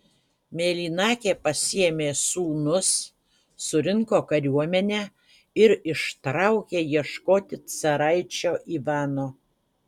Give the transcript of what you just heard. mėlynakė pasiėmė sūnus surinko kariuomenę ir ištraukė ieškoti caraičio ivano